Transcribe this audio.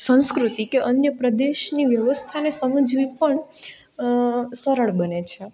સંસ્કૃતિ કે અન્ય પ્રદેશની વ્યવસ્થાને સમજવી પણ સરળ બને છે